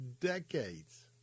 Decades